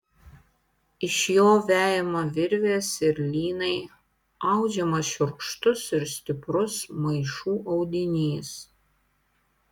iš jo vejama virvės ir lynai audžiamas šiurkštus ir stiprus maišų audinys